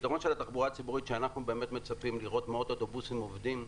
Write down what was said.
הפתרון של התחבורה הציבורית שאנחנו מצפים לראות מאות אוטובוסים עובדים,